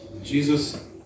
Jesus